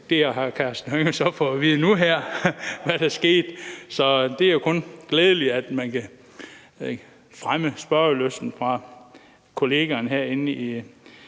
det er jo kun glædeligt, at man kan fremme spørgelysten fra kollegaerne herinde i